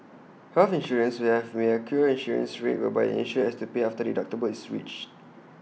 health insurance may have may have A co insurance rate whereby the insured has to pay after the deductible is reached